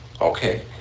okay